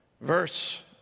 Verse